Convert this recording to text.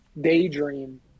daydream